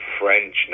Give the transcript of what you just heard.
French